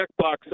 checkbox